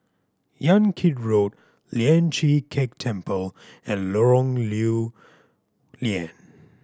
Yan Kit Road Lian Chee Kek Temple and Lorong Lew Lian